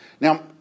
Now